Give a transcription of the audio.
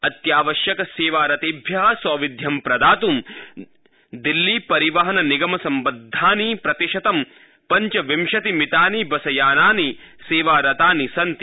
अत्यावश्यक सेवारतेभ्यः सौविध्यं प्रदातुं दिल्ली परिवहननिगमसम्बद्वानि प्रतिशतं पञ्चविंशतिमितानि बसयानानि सेवारतानि सन्ति